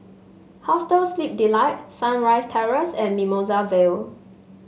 Hostel Sleep Delight Sunrise Terrace and Mimosa Vale